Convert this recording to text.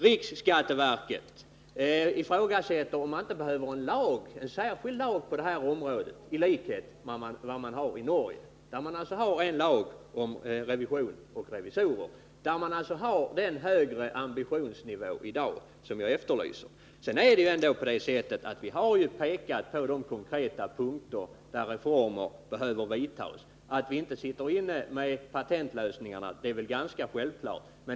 Riksskatteverket ifrågasätter om vi på detta område inte behöver en särskild lag liknande den i Norge. I Norge har man en lag om revision och revisorer. Där har man i dag den högre ambitionsnivå som jag har efterlyst. Vi har pekat på de konkreta punkter där reformer behöver genomföras, men att vi inte sitter inne med patentlösningarna är ganska självklart.